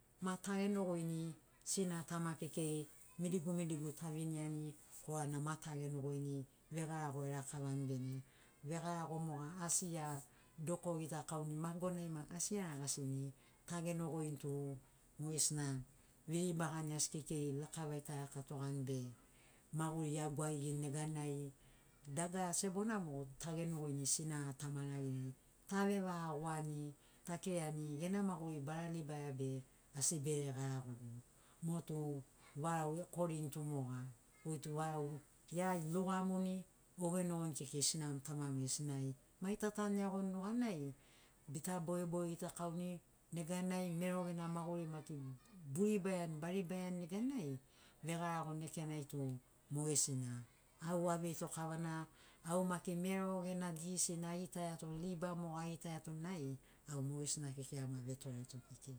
Ma ta genogoini sina tama kekei midigu midigu taviniani korana ma ta genogoini vegarago erakavani bene vegarago moga asi ea doko gitakauni magonai maki asi eragasini ta genogoin tu mogesina veribagani asi kekei lakavai ta raka toani be maguri ea gwagigini neganai dagara sebona mogo ta genogoini sinara tamara geriai tavevawani takirani gena maguri bara libaia be asi bere garagogu motu varau ekorini tu moga goitu varau ea lugamuni bogenogoini kekei sinam tamam gesinai mai tatan iagoni nuganai bita bogeboge gitakauni neganai mero gena maguri maki boribaiani baribaiani neganai vegarago lekenai tu mogesina au aveito kavana au maki mero gena disisin agitaiato liba mo agitaiato nai au mogesina kekei ama vetoreto kekei